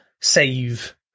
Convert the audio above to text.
save